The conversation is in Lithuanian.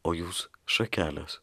o jūs šakelės